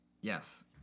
Yes